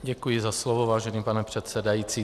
Děkuji za slovo, vážený pane předsedající.